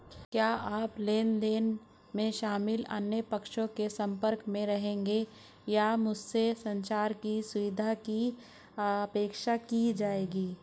क्या आप लेन देन में शामिल अन्य पक्षों के संपर्क में रहेंगे या क्या मुझसे संचार की सुविधा की अपेक्षा की जाएगी?